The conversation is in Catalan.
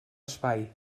espai